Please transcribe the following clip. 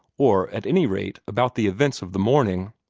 or at any rate about the events of the morning.